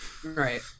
Right